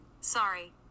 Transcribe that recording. sorry